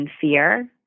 fear